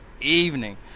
evening